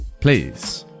Please